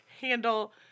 handle